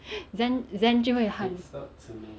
zen zen 就会很